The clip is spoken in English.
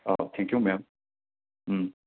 thank you ma'am